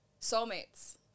soulmates